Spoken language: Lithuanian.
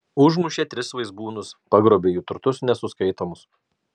užmušė tris vaizbūnus pagrobė jų turtus nesuskaitomus